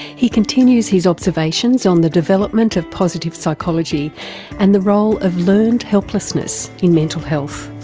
he continues his observations on the development of positive psychology and the role of learned helplessness in mental health.